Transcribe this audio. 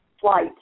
flight